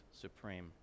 supreme